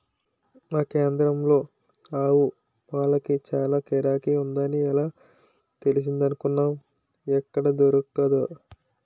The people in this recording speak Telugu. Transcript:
మా కేంద్రంలో ఆవుపాలకి చాల గిరాకీ ఉందని ఎలా తెలిసిందనుకున్నావ్ ఎక్కడా దొరక్క